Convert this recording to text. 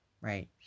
right